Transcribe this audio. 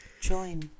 Join